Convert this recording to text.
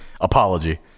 apology